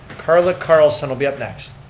carla carlson will be up next.